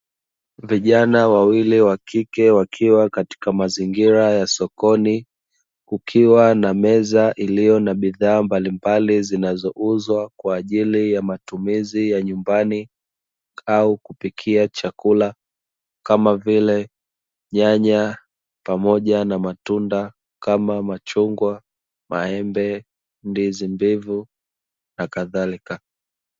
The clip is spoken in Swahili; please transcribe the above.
Vijana wawili wakike wakiwa katika mazingira ya sokoni kukiwa na meza iliyo na bidhaa mbalimbali zinazo uzwa kwaajili ya matumizi ya nyumbani au kupikia chakula kamavile nyanya pamoja na matunda kama machungwa, maembe, ndizi mbivu na kadhalika.